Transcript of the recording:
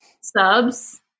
subs